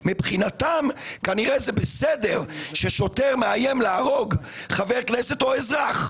מבחינתם כנראה בסדר ששוטר מאיים להרוג חבר כנסת או אזרח.